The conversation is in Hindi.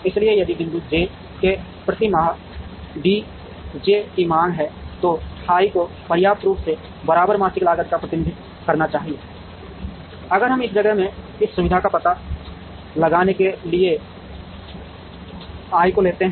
इसलिए यदि बिंदु j में प्रति माह D j की मांग है तो फाई को पर्याप्त रूप से बराबर मासिक लागत का प्रतिनिधित्व करना चाहिए अगर हम इस जगह में इस सुविधा का पता लगाने के लिए थे i